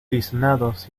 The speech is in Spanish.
tiznados